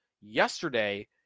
yesterday